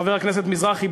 חבר הכנסת מזרחי,